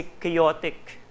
chaotic